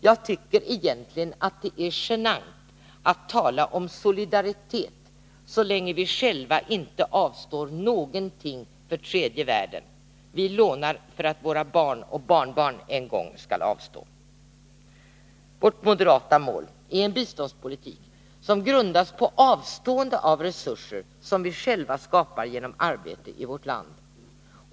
Jag tycker egentligen att det är genant att tala om solidaritet så länge vi själva inte avstår någonting för tredje världen. Vi lånar för att våra barn och barnbarn en gång skall avstå. Vårt moderata mål är en biståndspolitik, som grundas på avstående av resurser som vi själva skapar genom arbete i vårt land.